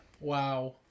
Wow